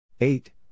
Eight